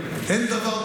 ישראל,